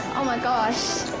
oh my gosh!